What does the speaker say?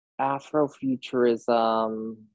afrofuturism